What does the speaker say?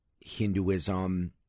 Hinduism